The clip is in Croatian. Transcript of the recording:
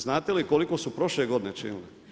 Znate li koliko su prošle godine činili?